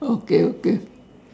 okay okay